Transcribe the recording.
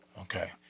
Okay